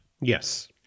Yes